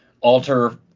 alter